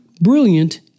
brilliant